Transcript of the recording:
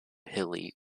hilly